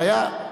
בעיה.